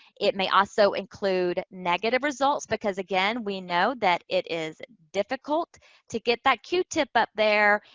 it may also include negative results, because, again, we know that it is difficult to get that q-tip up there.